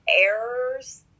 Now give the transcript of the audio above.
errors